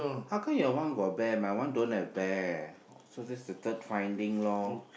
how come your one got bear but my one don't have bear so that's the third finding lor